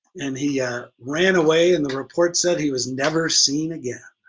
and he yeah ran away and the report said he was never seen again.